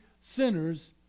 sinners